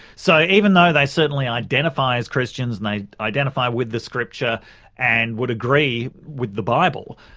so even though they certainly identify as christians and they identify with the scripture and would agree with the bible,